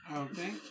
okay